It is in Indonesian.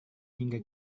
hingga